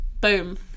boom